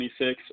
26